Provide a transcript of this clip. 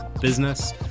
business